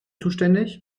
zuständig